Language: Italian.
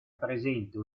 presente